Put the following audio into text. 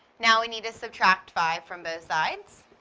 now we need to subtract five from both sides.